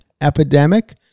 epidemic